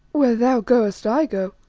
where thou goest, i go,